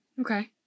okay